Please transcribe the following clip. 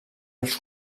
els